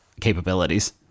capabilities